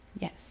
Yes